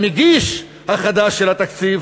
המגיש החדש של התקציב,